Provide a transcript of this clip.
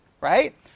right